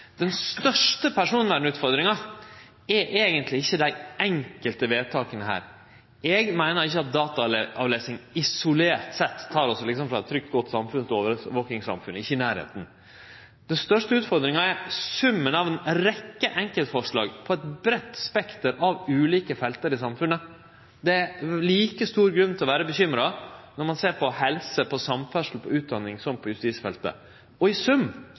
Den største personvernutfordringa er eigentleg ikkje dei enkelte vedtaka her. Eg meiner at dataavlesing isolert sett ikkje er i nærleiken av å ta oss frå eit trygt, godt samfunn over til eit overvakingssamfunn. Den største utfordringa er summen av ei rekkje enkeltforslag på eit breitt spekter av ulike felt i samfunnet. Det er like stor grunn til å vere bekymra når ein ser på helse, på samferdsel og på utdanning, som når ein ser på justisfeltet. I sum